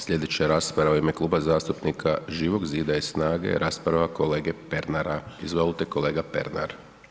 Slijedeća rasprave u ime Kluba zastupnika Živog Zida i SNAGA-e, rasprava kolege Pernara, izvolite kolega Pernar.